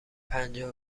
پنجاه